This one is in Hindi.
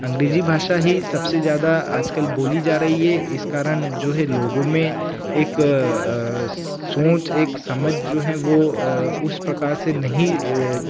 अंग्रेजी भाषा ही सबसे ज्यादा आजकल बोली जा रही है इस कारण जो है लोगों में एक सोच एक समझ जो है वो उस प्रकार से नहीं